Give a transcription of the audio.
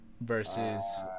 Versus